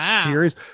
serious